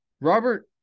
Robert